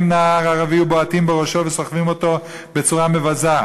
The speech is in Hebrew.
נער ערבי ובועטים בראשו וסוחבים אותו בצורה מבזה.